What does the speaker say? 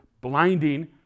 blinding